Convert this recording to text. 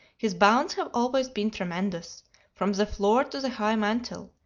his bounds have always been tremendous from the floor to the high mantel,